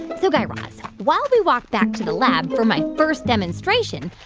so guy raz, while we walk back to the lab for my first demonstration,